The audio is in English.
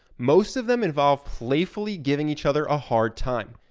most of them involve playfully giving each other a hard time.